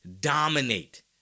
Dominate